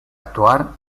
actuar